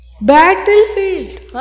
Battlefield